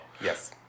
Yes